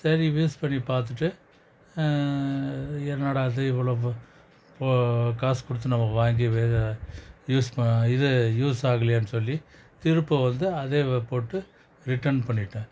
சரி யூஸ் பண்ணி பார்த்துட்டு என்னடா இது இவ்வளவு காசு கொடுத்து நம்ம வாங்கி வேற யூஸ் ப இது யூஸ் ஆகலையேன்னு சொல்லி திரும்ப வந்து அதேயே போட்டு ரிட்டன் பண்ணிவிட்டேன்